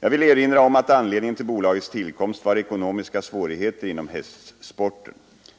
Jag vill erinra om att anledningen till bolagets tillkomst var ekonomiska svårigheter inom hästsporten.